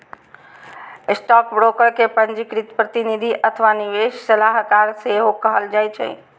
stockbroker कें पंजीकृत प्रतिनिधि अथवा निवेश सलाहकार सेहो कहल जाइ छै